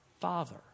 Father